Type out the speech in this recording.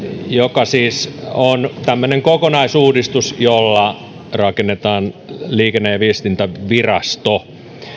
joka siis on tämmöinen kokonaisuudistus jolla rakennetaan liikenne ja viestintävirasto